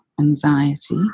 anxiety